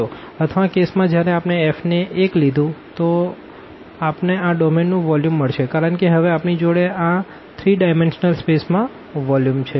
અથવા આ કેસ માં જયારે આપણે fને 1 લીધું તો તમને આ ડોમેન નું વોલ્યુમ મળશે કારણ કે હવે આપણી જોડે આ 3 ડાયમેનશનલ સ્પેસ માં વોલ્યુમ છે